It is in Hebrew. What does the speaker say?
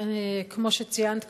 כמו שציינת,